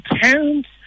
parents